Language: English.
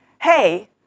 hey